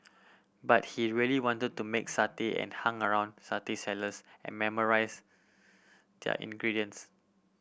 but he really wanted to make satay and hung around satay sellers and memorise their ingredients